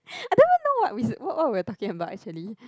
I don't even know what we what what we talking about actually